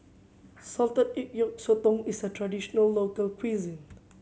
salted egg yolk sotong is a traditional local cuisine